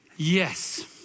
Yes